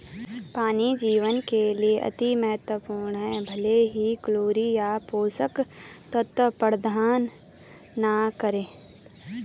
पानी जीवन के लिए अति महत्वपूर्ण है भले ही कैलोरी या पोषक तत्व प्रदान न करे